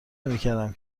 نمیکردم